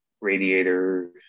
radiator